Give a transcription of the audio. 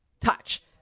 touch